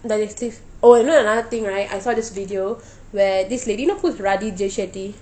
digestive oh you know another thing right I saw this video where this lady you know who is radhi jay shetty